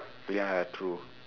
ya true